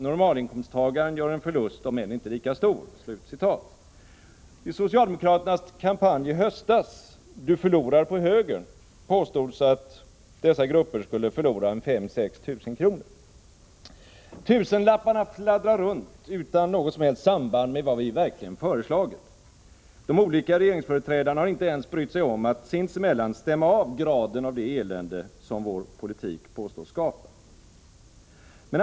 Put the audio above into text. Normalinkomsttagaren gör en förlust om än inte lika stor.” I socialdemokraternas kampanj i höstas ”Du förlorar på högern” påstods att dessa grupper skulle förlora 5 000-6 000 kr. Tusenlapparna fladdrar runt utan något som helst samband med vad vi i verkligheten har föreslagit. De olika regeringsföreträdarna har inte ens brytt sig om att sinsemellan stämma av graden av det elände som vår politik påstås skapa.